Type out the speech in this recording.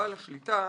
לבעל השליטה",